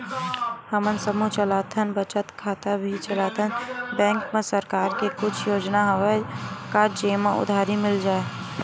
हमन समूह चलाथन बचत खाता भी चलाथन बैंक मा सरकार के कुछ योजना हवय का जेमा उधारी मिल जाय?